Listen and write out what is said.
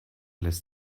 lässt